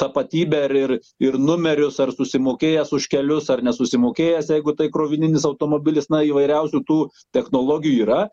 tapatybę ir ir ir numerius ar susimokėjęs už kelius ar nesusimokėjęs jeigu tai krovininis automobilis na įvairiausių tų technologija yra